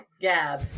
Gab